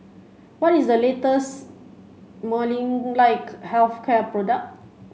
what is the latest Molnylcke health care product